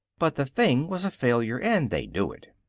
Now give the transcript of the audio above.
but the thing was a failure, and they knew it.